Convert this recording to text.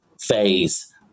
phase